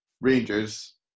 Rangers